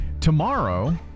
Tomorrow